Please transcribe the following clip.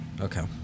Okay